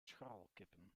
scharrelkippen